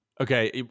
Okay